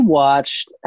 watched